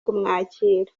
kumwakira